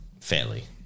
Fairly